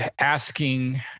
asking